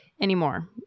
anymore